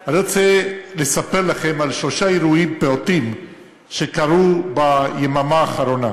אני רוצה לספר לכם על שלושה אירועים פעוטים שקרו ביממה האחרונה.